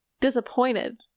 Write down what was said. disappointed